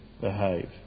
behave